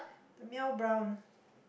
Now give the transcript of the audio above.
the mail brown